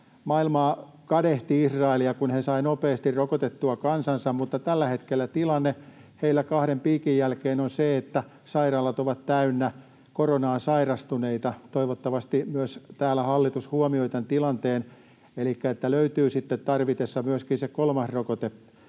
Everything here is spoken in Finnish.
Maailma kadehti Israelia, kun he saivat nopeasti rokotettua kansansa, mutta tällä hetkellä tilanne heillä kahden piikin jälkeen on se, että sairaalat ovat täynnä koronaan sairastuneita. Toivottavasti myös täällä hallitus huomioi tämän tilanteen elikkä löytyy sitten tarvittaessa myöskin se kolmas rokote